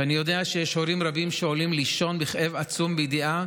כשאני יודע שיש הורים רבים שעולים לישון בכאב עצום בידיעה